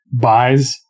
buys